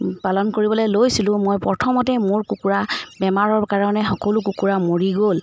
পালন কৰিবলৈ লৈছিলোঁ মই প্ৰথমতে মোৰ কুকুৰা বেমাৰৰ কাৰণে সকলো কুকুৰা মৰি গ'ল